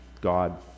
God